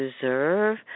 deserve